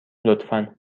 لطفا